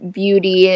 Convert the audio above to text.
beauty